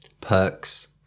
perks